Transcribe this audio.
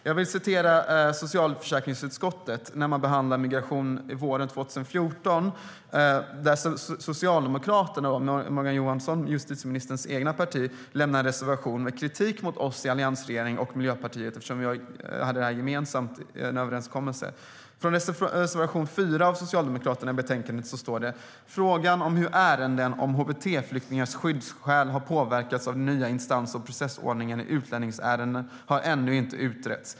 Jag vill citera ur socialförsäkringsutskottets behandling av migration från våren 2014, där Socialdemokraterna - det vill säga justitieminister Morgan Johanssons eget parti - lämnade en reservation med kritik mot oss i alliansregeringen och Miljöpartiet. Vi hade nämligen en överenskommelse. I reservation 4 av Socialdemokraterna i betänkandet står det: "Frågan om hur ärenden om hbt-flyktingars skyddsskäl har påverkats av den nya instans och processordningen i utlänningsärenden har ännu inte utretts.